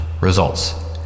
Results